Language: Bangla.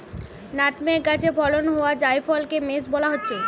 নাটমেগ গাছে ফলন হোয়া জায়ফলকে মেস বোলা হচ্ছে